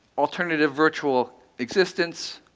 alternative, virtual existence,